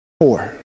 Four